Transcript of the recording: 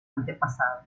antepasados